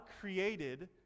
created